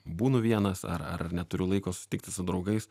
būnu vienas ar ar neturiu laiko susitikti su draugais